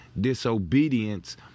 Disobedience